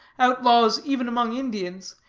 outlaws even among indians,